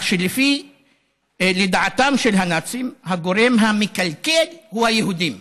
כך שלדעתם של הנאצים הגורם המקלקל הוא היהודים.